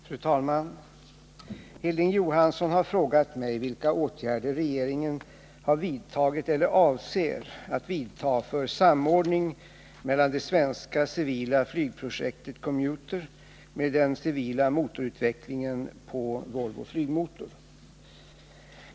Fru talman! Hilding Johansson har frågat mig vilka åtgärder regeringen har vidtagit eller avser att vidta för samordning mellan det svenska civila flygprojektet Commuter och den civila motorutvecklingen på Volvo Flygmotor.